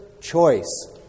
choice